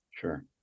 Sure